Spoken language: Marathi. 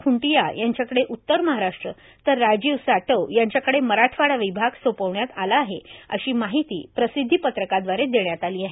खूंटीया यांच्याकडे उत्तर महाराष्ट्र तर राजीव साटव यांच्याकडे मराठवाडा विभाग सोपोवण्यात आला आहे अशी माहिती प्रसिध्दी पत्रकाद्वारे देण्यात आली आहे